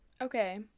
okay